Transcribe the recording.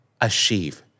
achieve